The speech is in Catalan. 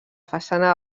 façana